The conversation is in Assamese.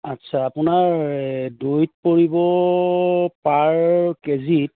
আচ্ছা আপোনাৰ দৈত পৰিব পাৰ কেজিত